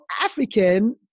African